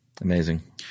Amazing